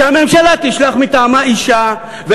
שהממשלה תשלח מטעמה אישה,